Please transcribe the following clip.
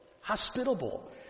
hospitable